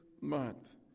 month